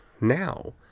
now